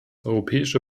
europäische